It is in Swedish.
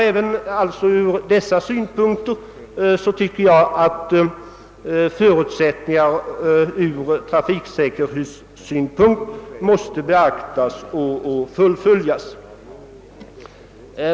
Även ur dessa synvinklar anser jag att förutsättningar ur trafiksäkerhetssynpunkt måste beaktas.